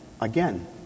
again